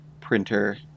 printer